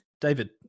David